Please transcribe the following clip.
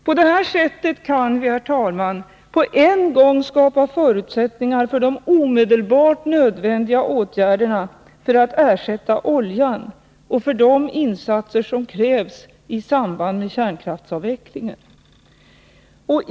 På det sättet kan vi på en gång skapa förutsättningar för de omedelbart nödvändiga åtgärderna för att ersätta oljan och för de insatser som krävs i samband med kärnkraftsavvecklingen.